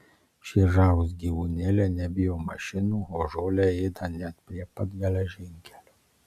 šie žavūs gyvūnėliai nebijo mašinų o žolę ėda net prie pat geležinkelio